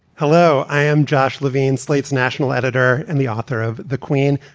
hello, i am josh levine, slate's national editor and the author of the queen.